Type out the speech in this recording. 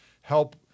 help